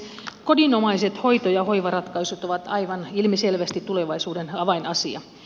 kodinomaiset hoito ja hoivaratkaisut ovat aivan ilmiselvästi tulevaisuuden avainasia